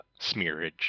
smearage